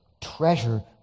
treasure